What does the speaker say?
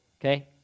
okay